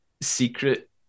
secret